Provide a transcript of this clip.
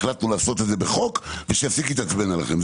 החלטנו לעשות את זה בחוק ושיפסיק להתעצבן עליכם,